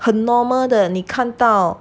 the normal 的你看到